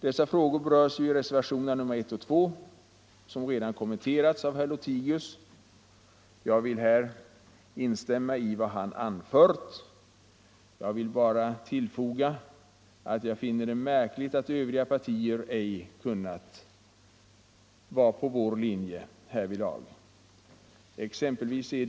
Dessa frågor berörs i reservationerna I och 2, som redan har kommenterats av herr Lothigius. Jag vill instämma i vad han därvidlag har anfört. Härtill vill jag endast foga att jag finner det märkligt att övriga partier ej har kunnat följa vår linje i dessa frågor.